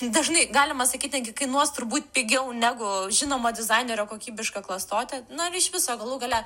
dažnai galima sakyt netgi kainuos turbūt pigiau negu žinoma dizainerio kokybiška klastotė na ir iš viso galų gale